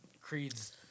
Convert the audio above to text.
Creed's